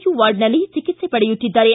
you ವಾರ್ಡ್ನಲ್ಲಿ ಚಿಕಿತ್ಸೆ ಪಡೆಯುಕ್ತಿದ್ದಾರೆ